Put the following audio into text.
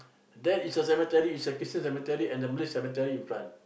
there is a cemetery it's a Christian cemetery and the Muslim cemetery in front